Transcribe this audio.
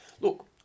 Look